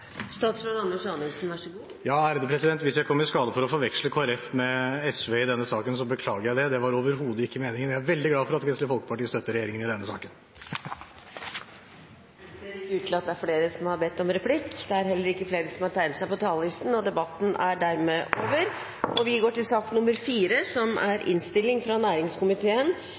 Ja, hvis jeg kom i skade for å forveksle Kristelig Folkeparti med SV i denne saken, så beklager jeg det. Det var overhodet ikke meningen. Jeg er veldig glad for at Kristelig Folkeparti støtter regjeringen i denne saken. Replikkordskiftet er omme. Flere har ikke bedt om ordet til sak nr. 3. Etter ønske fra næringskomiteen vil presidenten foreslå at taletiden blir begrenset til 5 minutter til hver partigruppe og 5 minutter til medlemmer av regjeringen. Videre vil presidenten foreslå at det blir gitt anledning til